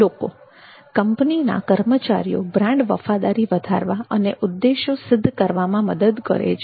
લોકો કંપનીના કર્મચારીઓ બ્રાન્ડ વફાદારી વધારવા અને ઉદેશ્યો સિદ્ધ કરવામાં મદદ કરે છે